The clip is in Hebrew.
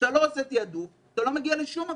כשאתה לא עושה תעדוף אתה לא מגיע לשום מקום.